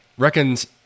reckons